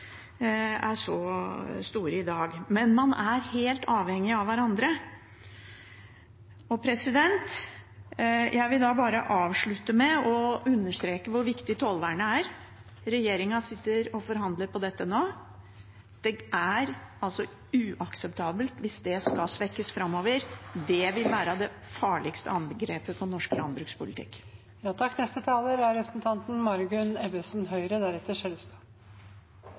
er så store i dag. Men man er helt avhengig av hverandre. Jeg vil bare avslutte med å understreke hvor viktig tollvernet er. Regjeringen sitter og forhandler om dette nå. Det er uakseptabelt hvis det skal svekkes framover. Det vil være det farligste angrepet på norsk landbrukspolitikk.